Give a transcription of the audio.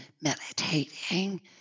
meditating